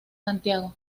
santiago